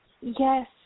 Yes